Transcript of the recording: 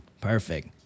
Perfect